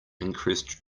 increased